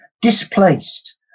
displaced